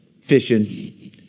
fishing